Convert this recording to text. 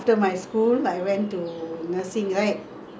ah you come and you came with dalmian right